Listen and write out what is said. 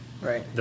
Right